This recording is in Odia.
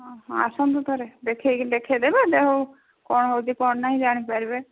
ହଁ ଆସନ୍ତୁ ଥରେ ଦେଖେଇକି ଦେଖେଇ ଦେବେ ଦେହ କ'ଣ ହେଉଛି କ'ଣ ନାହିଁ ଜାଣି ପାରିବେ